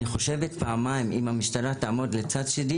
אני חושבת פעמיים אם המשטרה תעמוד לצד שלי